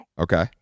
okay